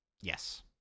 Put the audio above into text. Yes